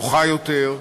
נוחה יותר,